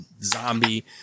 zombie